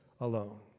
alone